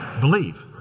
believe